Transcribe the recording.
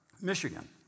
Michigan